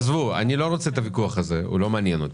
הוויכוח הזה לא מעניין.